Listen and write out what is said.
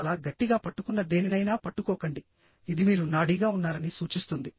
చాలా గట్టిగా పట్టుకున్న దేనినైనా పట్టుకోకండి ఇది మీరు నాడీగా ఉన్నారని సూచిస్తుంది